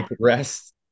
rest